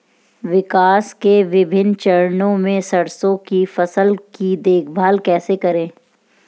विकास के विभिन्न चरणों में सरसों की फसल की देखभाल कैसे करें?